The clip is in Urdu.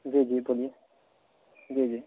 جی جی بولیے جی جی